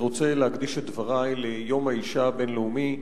אני רוצה להקדיש את דברי ליום האשה הבין-לאומי,